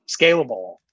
scalable